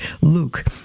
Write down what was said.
Luke